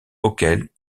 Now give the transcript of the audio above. auquel